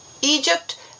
Egypt